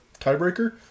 tiebreaker